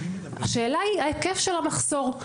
השאלה היא ההיקף של המחסור.